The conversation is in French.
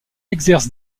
exerce